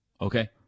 okay